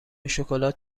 شکلات